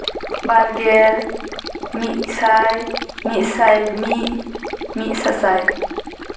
ᱵᱟᱨᱜᱮᱞ ᱢᱤᱫᱥᱟᱭ ᱢᱤᱫᱥᱟᱭ ᱢᱤᱫ ᱢᱤᱫ ᱥᱟᱥᱟᱭ